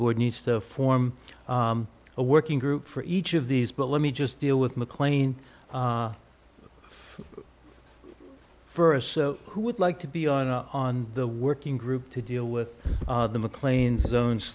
board needs to form a working group for each of these but let me just deal with maclean first so who would like to be on a on the working group to deal with the mclean zones